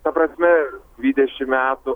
ta prasme dvidešim metų